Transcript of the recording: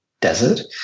desert